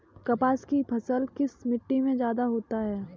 कपास की फसल किस मिट्टी में ज्यादा होता है?